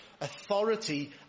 authority